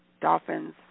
Dolphins